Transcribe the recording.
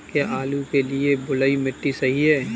क्या आलू के लिए बलुई मिट्टी सही है?